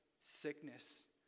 sickness